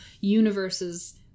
universe's